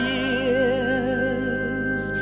years